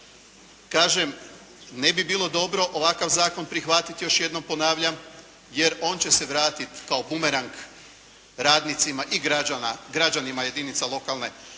Kažem, ne bi bilo dobro ovakav zakon prihvatiti, još jednom ponavljam, jer on će se vratit kao bumerang radnicima i građanima jedinica lokalne